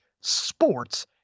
sports